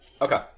Okay